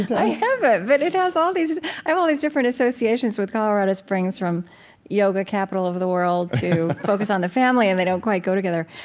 i haven't. but it has all these i have all these different associations with colorado springs from yoga capital of the world to focus on the family, and they don't quite go together.